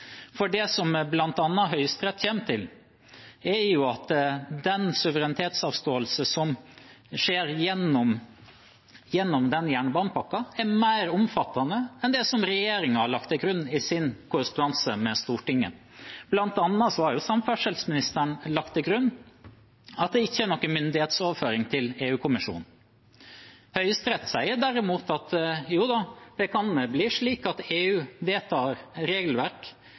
for det som Høyesterett bl.a. kommer fram til, er at den suverenitetsavståelse som skjer gjennom den jernbanepakken, er mer omfattende enn det som regjeringen har lagt til grunn i sin korrespondanse med Stortinget. Blant annet har samferdselsministeren lagt til grunn at det ikke er noen myndighetsoverføring til EU-kommisjonen. Høyesterett sier derimot at jo da, det kan bli slik at EU vedtar regelverk